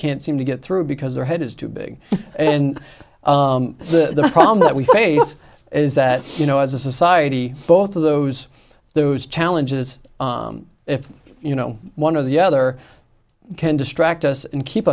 can't seem to get through because their head is too big and the problem that we face is that you know as a society both of those those challenges if you know one of the other can distract us and keep